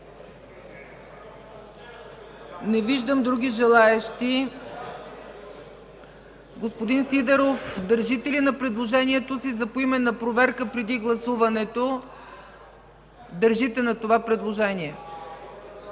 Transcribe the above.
Не виждам други желаещи. Господин Сидеров, държите ли на предложението си за поименна проверка преди гласуването? Държите на това предложение.